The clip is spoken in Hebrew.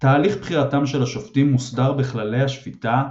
תהליך בחירתם של השופטים מוסדר בכללי השפיטה,